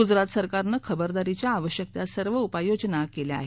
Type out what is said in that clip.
गुजरात सरकारनं खबरदारीच्या आवश्यक त्या सर्व उपाययोजना केल्या आहेत